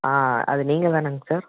ஆ அது நீங்கள் தானாங்க சார்